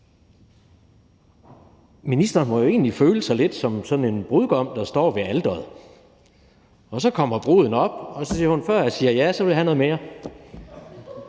Ministeren må jo egentlig føle sig lidt som en brudgom, der står ved alteret, og hvor bruden så kommer op og siger: Før jeg siger ja, vil jeg have noget mere;